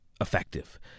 effective